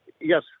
yes